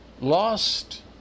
lost